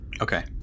okay